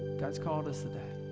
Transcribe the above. god's called us today.